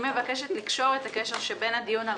אני מבקשת לקשור את הקשר שבין הדיון על